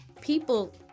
people